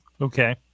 Okay